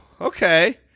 Okay